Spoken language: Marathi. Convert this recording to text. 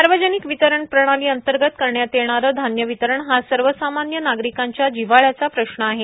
सार्वजनिक वितरण प्रणाली अंतर्गत करण्यात येणारे धान्य वितरण हा सर्व सामान्य नागरिकांच्या जिव्हाळयाचा प्रश्न आहे